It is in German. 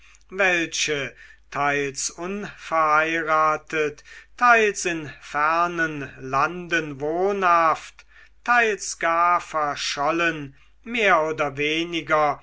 welche teils unverheiratet teils in fernen landen wohnhaft teils gar verschollen mehr oder weniger